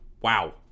wow